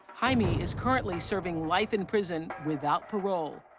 jamie is currently serving life in prison without parole.